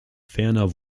ferner